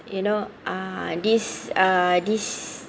you know uh this uh this